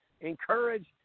encourage